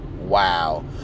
wow